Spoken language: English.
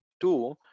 two